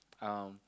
um